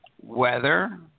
weather